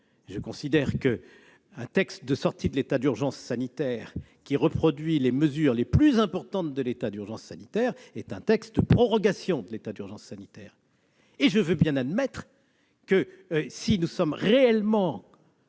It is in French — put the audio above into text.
je considère qu'un texte de sortie de l'état d'urgence sanitaire qui reproduit les mesures les plus importantes de l'état d'urgence sanitaire est un texte de prorogation de l'état d'urgence sanitaire ! En outre, je veux bien admettre que, comme l'indiquait